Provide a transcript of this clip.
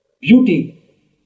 beauty